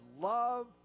Love